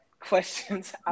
questions